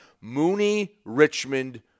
Mooney-Richmond